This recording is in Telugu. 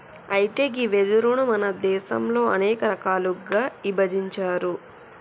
అయితే గీ వెదురును మన దేసంలో అనేక రకాలుగా ఇభజించారు